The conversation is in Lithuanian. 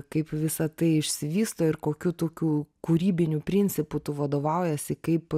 kaip visa tai išsivysto ir kokiu tokiu kūrybiniu principu tu vadovaujiesi kaip